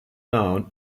known